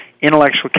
intellectual